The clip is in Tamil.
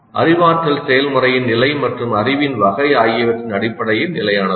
அறிவாற்றல் செயல்முறையின் நிலை மற்றும் அறிவின் வகை ஆகியவற்றின் அடிப்படையில் நிலையானது